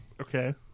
Okay